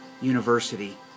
University